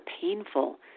painful